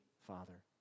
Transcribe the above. Father